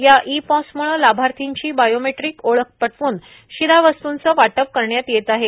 या ई पॉसम्ळे लाभार्थीची बायोमॅटिक ओळख पटव्न शिधावस्तूंचे वाटप करण्यात येत आहे